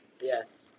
Yes